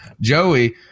Joey